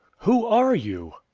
who are you?